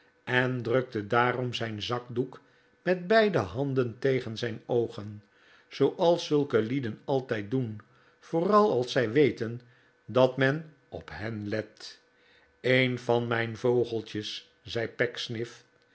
en drukte daarom zijn zakdoek met beide handen tegen zijn oogen zooals zulke lieden altijd doen vooral als zij weten dat men op hen let m een van mijn vogeltjes zei